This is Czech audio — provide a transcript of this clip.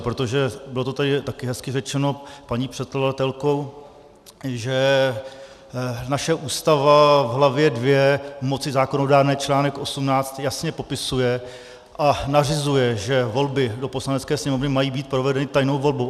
Protože to tady taky bylo hezky řečeno paní předkladatelkou, že naše Ústava v hlavě dvě v moci zákonodárné článek osmnáctý jasně popisuje a nařizuje, že volby do Poslanecké sněmovny mají být provedeny tajnou volbou.